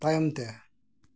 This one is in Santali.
ᱛᱟᱭᱚᱢ ᱛᱮ